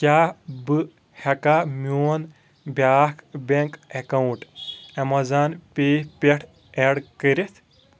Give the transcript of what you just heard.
کیٛاہ بہٕ ہٮ۪کا میون بیٛاکھ بینٛک اکاونٹ اَمیزان پے پٮ۪ٹھ ایڈ کٔرِتھ